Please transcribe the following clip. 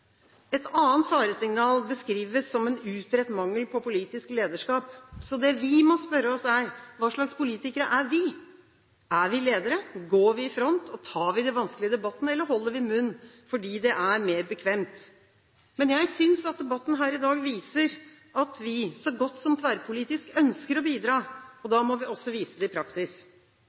Et annet faresignal beskrives som en utbredt mangel på politisk lederskap. Det vi må spørre oss om, er: Hva slags politikere er vi? Er vi ledere, går vi i front og tar vi de vanskelige debattene, eller holder vi munn fordi det er mer bekvemt? Jeg synes at debatten her i dag viser at vi, så godt som tverrpolitisk, ønsker å bidra. Da må vi også vise det i praksis.